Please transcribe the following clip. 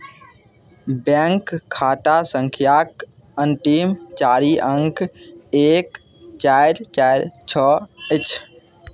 bank खाता सङ्ख्याक अन्तिम चारि अङ्क एक चारि चारि छओ अछि